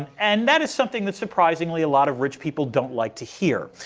and that is something that, surprisingly, a lot of rich people don't like to hear.